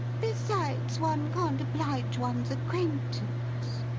besides, one can't oblige one's acquaintance.